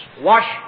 wash